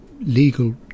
legal